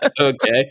okay